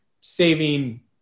saving